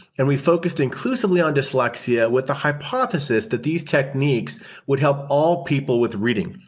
and we focused exclusively on dyslexia with the hypothesis that these techniques would help all people with reading.